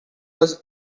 was